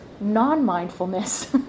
non-mindfulness